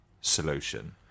solution